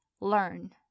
learn